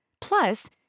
Plus